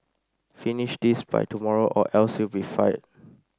finish this by tomorrow or else you'll be fired